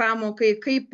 pamokai kaip